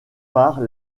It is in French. par